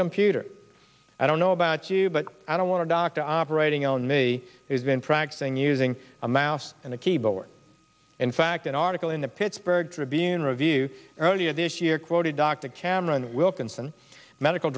computer i don't know about you but i don't want to doctor operating on me it's been practicing using a mouse and a keyboard in fact an article in the pittsburgh tribune review earlier this year quoted dr cameron wilkinson medical